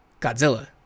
godzilla